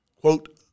quote